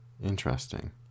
interesting